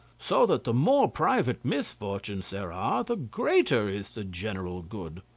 so that the more private misfortunes there are the greater is the general good.